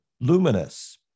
luminous